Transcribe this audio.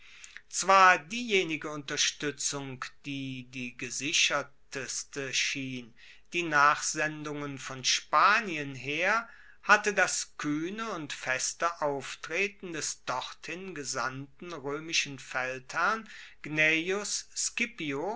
zwar diejenige unterstuetzung die die gesichertste schien die nachsendungen von spanien her hatte das kuehne und feste auftreten des dorthin gesandten roemischen feldherrn gnaeus scipio